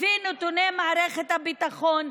לפי נתוני מערכת הביטחון,